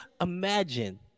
imagine